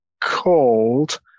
called